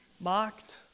mocked